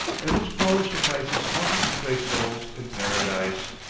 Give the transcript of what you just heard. and its power suffices often to place souls in paradise.